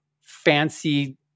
fancy